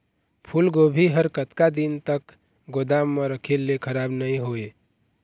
फूलगोभी हर कतका दिन तक गोदाम म रखे ले खराब नई होय?